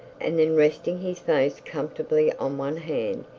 and then resting his face comfortably on one hand,